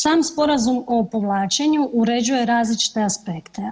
Sam sporazum o povlačenju uređuje različite aspekte.